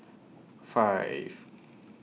five